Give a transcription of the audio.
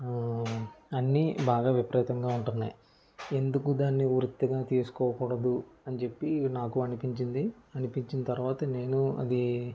అన్నీ బాగా విపరీతంగా ఉంటున్నాయి ఎందుకు దానిని వృత్తిగా తీసుకోకూడదు అని చెప్పి నాకు అనిపించింది అనిపించిన తర్వాత నేను అది